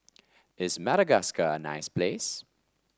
is Madagascar a nice place